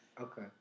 Okay